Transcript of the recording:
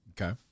Okay